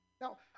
Now